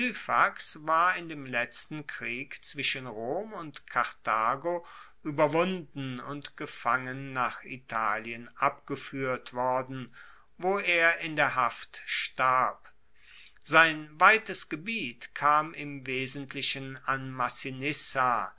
war in dem letzten krieg zwischen rom und karthago ueberwunden und gefangen nach italien abgefuehrt worden wo er in der haft starb sein weites gebiet kam im wesentlichen an